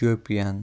Shopian